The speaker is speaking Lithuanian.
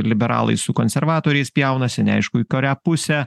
liberalai su konservatoriais pjaunasi neaišku į kurią pusę